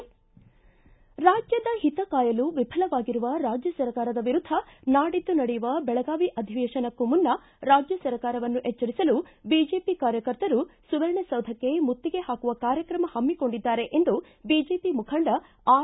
ರಾಜ್ಯದ ಓತ ಕಾಯಲು ವಿಫಲವಾಗಿರುವ ರಾಜ್ಯ ಸರ್ಕಾರದ ವಿರುದ್ದ ನಾಡಿದ್ದು ನಡೆಯುವ ಬೆಳಗಾವಿ ಅಧಿವೇಶನಕ್ಕೂ ಮುನ್ನ ರಾಜ್ಯ ಸರ್ಕಾರವನ್ನು ಎಚ್ವರಿಸಲು ಬಿಜೆಪಿ ಕಾರ್ಯಕರ್ತರು ಸುವರ್ಣಸೌಧಕ್ಕೆ ಮುತ್ತಿಗೆ ಹಾಕುವ ಕಾರ್ಯಕ್ರಮ ಹಮ್ಮಿಕೊಂಡಿದ್ದಾರೆ ಎಂದು ಬಿಜೆಪಿ ಮುಖಂಡ ಆರ್